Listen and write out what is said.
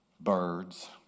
birds